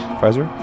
Pfizer